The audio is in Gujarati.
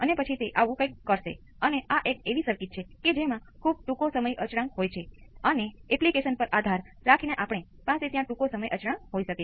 તમે સર્કિટનો ઓર્ડર નક્કી કરો જ્યાં સુધી ઓર્ડર 1 હોય ત્યાં સુધી અસરકારક કેપેસિટરની સંખ્યાની ગણતરી કરો આપણે આ પાઠમાં વર્ણવેલ પદ્ધતિઓને લાગુ કરશું